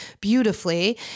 beautifully